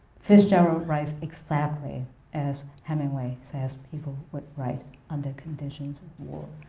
fitzgerald writes exactly as hemingway says people would write under conditions of war.